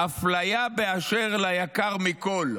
"אפליה באשר ליקר מכול,